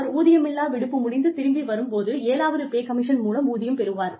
அவர் ஊதியமில்லா விடுப்பு முடிந்து திரும்பி வரும் போது ஏழாவது பே கமிஷன் மூலம் ஊதியம் பெறுவார்